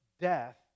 death